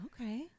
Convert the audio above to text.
Okay